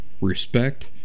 respect